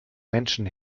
menschen